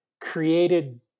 created